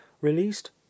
released